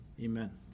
Amen